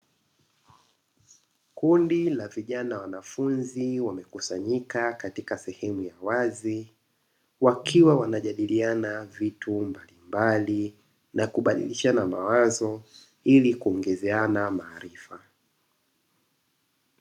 Kundi la vijana wanafunzi wamekusanyika katika sehemu ya wazi, wakiwa wanajadiliana vitu mbalimbali na kubadilishana mawazo, ili kuongezeana maarifa.